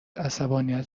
عصبانیت